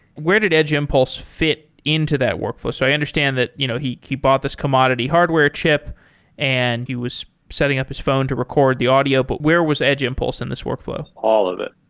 where did edge impulse fit into that workforce? i understand that you know he he bought this commodity hardware chip and he was setting up his phone to record the audio. but where was edge impulse in this workflow? all of it.